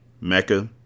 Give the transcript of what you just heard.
Mecca